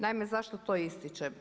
Naime, zašto to ističem?